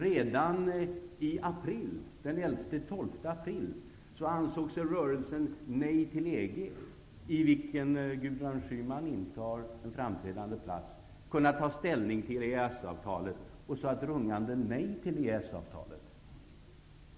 Redan den 11--12 april ansåg sig rörelsen Nej till EG, i vilken Gudrun Schyman intar en framträdande plats, kunna ta ställning till EES-avtalet och sade ett rungande nej till EES-avtalet.